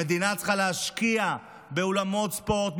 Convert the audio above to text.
המדינה צריכה להשקיע באולמות ספורט,